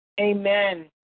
Amen